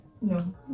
No